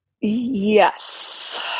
Yes